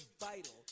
vital